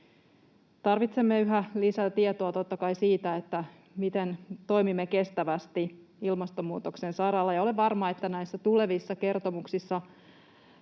Tarvitsemme yhä totta kai lisätietoa siitä, miten toimimme kestävästi ilmastonmuutoksen saralla, ja olen varma, että näissä tulevissa kertomuksissa